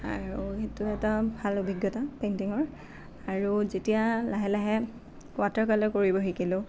আৰু সেইটো এটা ভাল অভিজ্ঞতা পেইণ্টিঙৰ আৰু যেতিয়া লাহে লাহে ৱাটাৰ কালাৰ কৰিব শিকিলোঁ